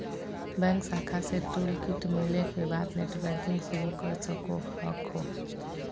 bank शाखा से toolkit मिले के बाद नेटबैंकिंग शुरू कर सको हखो